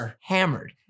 hammered